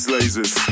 Lasers